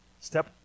Step